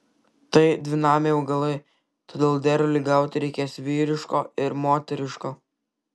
tai dvinamiai augalai todėl derliui gauti reikės vyriško ir moteriško